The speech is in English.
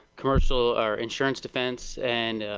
complergs shal or insurance defense and,